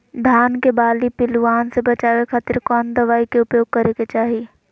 धान के बाली पिल्लूआन से बचावे खातिर कौन दवाई के उपयोग करे के चाही?